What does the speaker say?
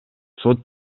сот